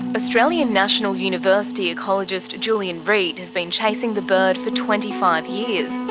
australian national university ecologist julian reid has been chasing the bird for twenty five years.